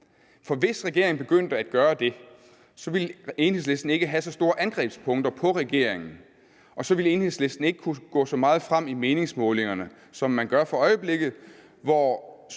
For hvis regeringen begyndte at gøre det, så ville Enhedslisten ikke have så store angrebspunkter mod regeringen, og så ville Enhedslisten ikke kunne gå så meget frem i meningsmålingerne, som man gør for øjeblikket, hvor